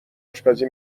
آشپزی